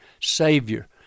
Savior